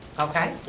okay?